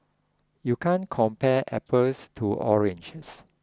you can't compare apples to oranges